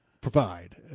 provide